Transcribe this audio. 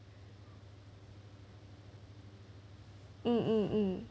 mm mm mm